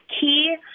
key